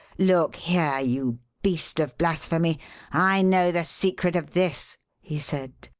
look here, you beast of blasphemy i know the secret of this, he said,